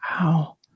Wow